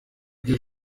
ibyo